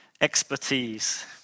expertise